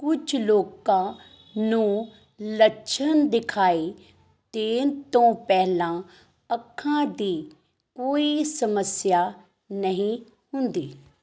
ਕੁਝ ਲੋਕਾਂ ਨੂੰ ਲੱਛਣ ਦਿਖਾਈ ਦੇਣ ਤੋਂ ਪਹਿਲਾਂ ਅੱਖਾਂ ਦੀ ਕੋਈ ਸਮੱਸਿਆ ਨਹੀਂ ਹੁੰਦੀ